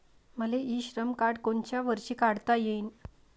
मले इ श्रम कार्ड कोनच्या वर्षी काढता येईन?